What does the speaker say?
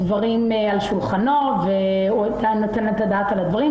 הדברים על שולחנו, והוא נותן את הדעת על הדברים.